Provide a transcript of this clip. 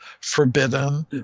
Forbidden